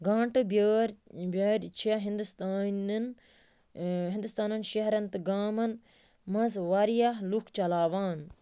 گنٛٹہٕ بیٛٲر بیٛارِ چھِ ہِنٛدوستانن ہِنٛدوستانَن شہرَن تہٕ گامَن منٛز واریٛاہ لُکھ چلاوان